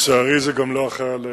לצערי, זה גם לא החייל היחיד.